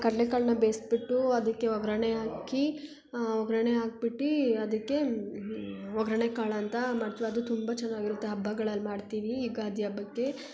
ಕಡಲೆ ಕಾಳನ್ನ ಬೇಯ್ಸಿಬಿಟ್ಟು ಅದಕ್ಕೆ ಒಗ್ಗರಣೆ ಹಾಕಿ ಒಗ್ಗರ್ಣೆ ಹಾಕ್ಬಿಟ್ಟಿ ಅದಕ್ಕೆ ಒಗ್ಗರ್ಣೆ ಕಾಳು ಅಂತ ಮಾಡ್ತೀವಿ ಅದು ತುಂಬ ಚೆನ್ನಾಗಿರುತ್ತೆ ಹಬ್ಬಗಳಲ್ಲಿ ಮಾಡ್ತೀವಿ ಯುಗಾದಿ ಹಬ್ಬಕ್ಕೆ